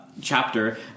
chapter